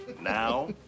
Now